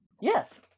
Yes